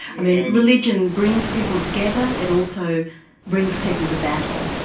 i mean religion brings people together it also brings people to battle.